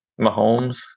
Mahomes